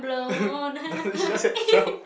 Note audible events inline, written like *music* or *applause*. *laughs* definitely she just said twelve